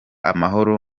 amahoro